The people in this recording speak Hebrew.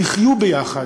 יחיו ביחד,